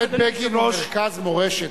בית בגין הוא מרכז מורשת,